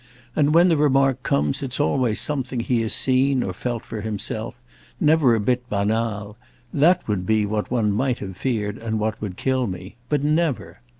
and when the remark comes it's always something he has seen or felt for himself never a bit banal that would be what one might have feared and what would kill me but never.